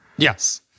Yes